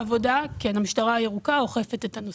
המשטרה הירוקה אוכפת את זה.